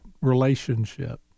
relationship